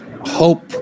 hope